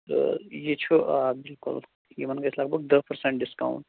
تہٕ یہِ چھُ آ بِلکُل یِمَن گژھِ لگ بگ دٔہ پٔرسَنٛٹ ڈِسکاوُنٛٹ